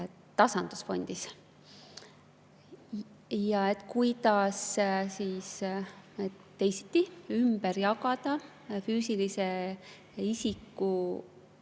tasandusfondis ja et kuidas teisiti ümber jagada füüsilise isiku